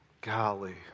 Golly